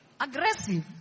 aggressive